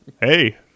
Hey